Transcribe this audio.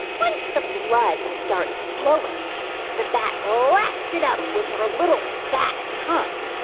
once the blood starts flowing the battle wraps it up with her little bat tongue.